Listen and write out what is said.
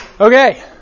Okay